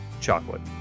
chocolate